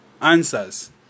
answers